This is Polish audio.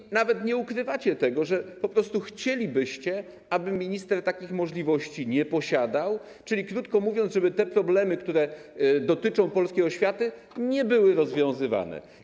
I nawet nie ukrywacie tego, że po prostu chcielibyście, aby minister takich możliwości nie posiadał, czyli krótko mówiąc, żeby te problemy, które dotyczą polskiej oświaty, nie były rozwiązywane.